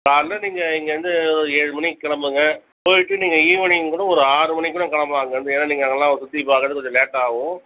காலையில நீங்கள் இங்கேருந்து ஒரு ஏழு மணிக்கு கிளம்புங்க போய்விட்டு நீங்கள் ஈவினிங்கூட ஒரு ஆறு மணிக்குகூட கிளம்பலாம் அங்கேருந்து ஏன்னா நீங்கள் அங்கேலாம் சுற்றி பார்க்கறது கொஞ்சம் லேட்டாகவும்